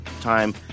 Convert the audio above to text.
time